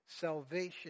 Salvation